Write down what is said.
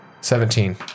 Seventeen